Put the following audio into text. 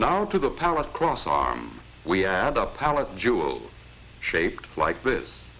now to the power across arm we add up our jewel shaped like this